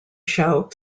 show